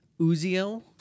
Uziel